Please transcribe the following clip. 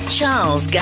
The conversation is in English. Charles